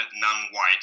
non-white